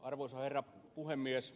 arvoisa herra puhemies